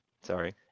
Sorry